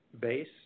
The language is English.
base